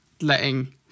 letting